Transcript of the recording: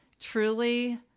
truly